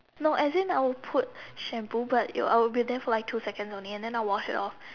no as in I will put shampoo but it will I will be there for like two seconds only and then I wash it off